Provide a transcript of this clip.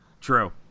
True